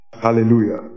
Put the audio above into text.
Hallelujah